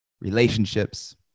relationships